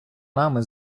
нами